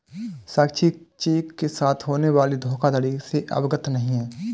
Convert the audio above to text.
साक्षी cheque के साथ होने वाली धोखाधड़ी से अवगत नहीं है